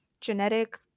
genetic